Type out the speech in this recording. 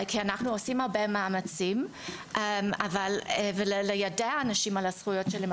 אנחנו עושים הרבה מאמצים ומיידעים אנשים בדבר זכויותיהם,